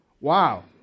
Wow